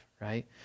right